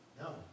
No